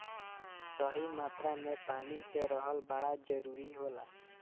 सही मात्रा में पानी के रहल बड़ा जरूरी होला